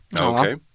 okay